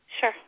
Sure